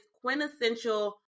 quintessential